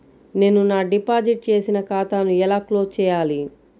నేను నా డిపాజిట్ చేసిన ఖాతాను ఎలా క్లోజ్ చేయాలి?